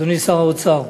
אדוני שר האוצר,